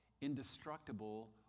indestructible